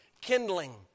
kindling